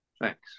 Thanks